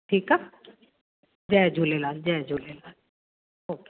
ठीकु आहे जय झूलेलाल जय झूलेलाल ओके